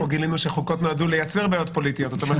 פה גילינו שחוקות נועדו לייצר בעיות פוליטיות,